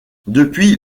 depuis